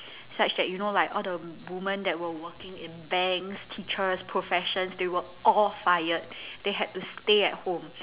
such that you know like all the women that were working in banks teachers professions they were all fired they had to stay at home